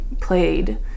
played